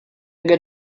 got